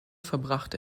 verbrachte